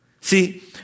See